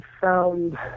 found